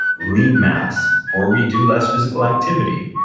lean mass, or we do less physical activity,